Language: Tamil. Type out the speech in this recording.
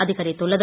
அதிகரித்துள்ளது